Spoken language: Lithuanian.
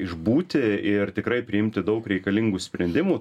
išbūti ir tikrai priimti daug reikalingų sprendimų